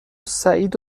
سعید